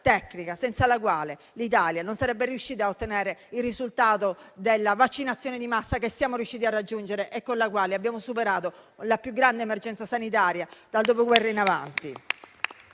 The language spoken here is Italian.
senza la quale l'Italia non sarebbe riuscita a ottenere quel risultato della vaccinazione di massa che siamo riusciti a raggiungere e con la quale abbiamo superato la più grande emergenza sanitaria dal dopoguerra in avanti.